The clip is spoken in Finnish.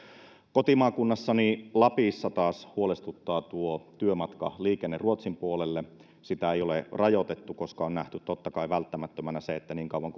kotimaakunnassani lapissa taas huolestuttaa tuo työmatkaliikenne ruotsin puolelle sitä ei ole rajoitettu koska on nähty totta kai välttämättömänä se että niin kauan